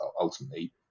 ultimately